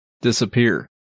disappear